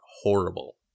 horrible